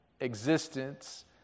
existence